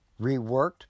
reworked